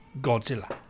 Godzilla